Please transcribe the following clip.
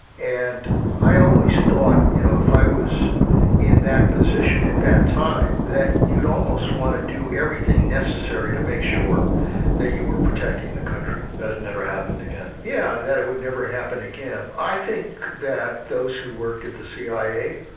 and i always thought, you know, if i was in that position at that time, that you'd almost want to do everything necessary to make sure that you were protecting the country. that had never happened again. yeah, and that it would never again, i think that those who worked at the cia,